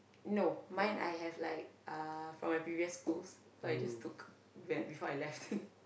no mine I have like uh from the previous school so I just took before I left